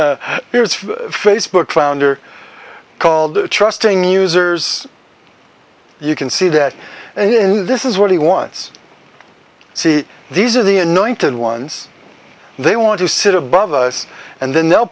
founder called trusting users you can see that and in this is what he wants to see these are the anointed ones they want to sit above us and then they'll